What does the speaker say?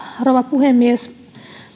rouva puhemies